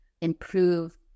improve